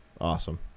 Awesome